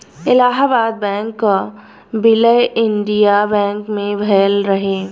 Allahabad bank कअ विलय Indian bank मे भयल रहे